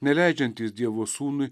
neleidžiantys dievo sūnui